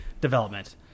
development